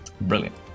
brilliant